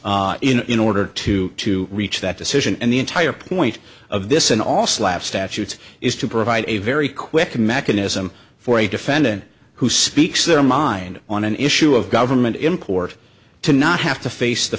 in order to to reach that decision and the entire point of this in all slap statutes is to provide a very quick mechanism for a defendant who speaks their mind on an issue of government import to not have to face the